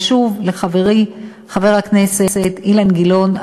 ושוב לחברי חבר הכנסת אילן גילאון,